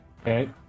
Okay